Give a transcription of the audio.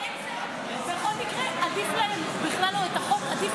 חבריי חברי